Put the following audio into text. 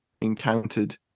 encountered